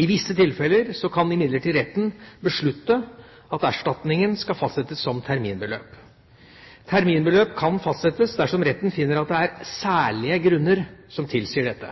I visse tilfeller kan imidlertid retten beslutte at erstatningen skal fastsettes som terminbeløp. Terminbeløp kan fastsettes dersom retten finner at det er særlige grunner som tilsier dette.